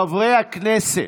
חברי הכנסת,